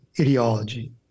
ideology